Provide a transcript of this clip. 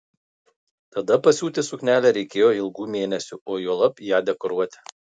tada pasiūti suknelę reikėjo ilgų mėnesių o juolab ją dekoruoti